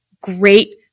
great